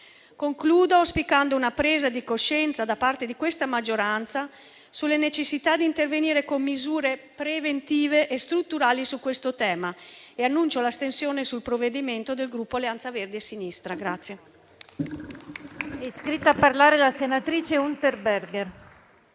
Concludo auspicando una presa di coscienza da parte di questa maggioranza sulla necessità di intervenire con misure preventive e strutturali su questo tema e annuncio l'astensione sul provvedimento del Gruppo Misto-Alleanza Verdi e Sinistra.